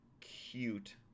cute